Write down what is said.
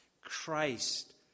Christ